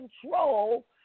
control